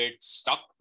stuck